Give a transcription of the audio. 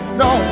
no